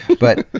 but